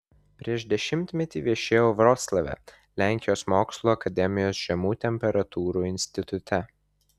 prieš dešimtmetį viešėjau vroclave lenkijos mokslų akademijos žemų temperatūrų institute